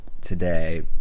today